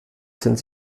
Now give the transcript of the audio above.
sind